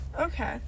Okay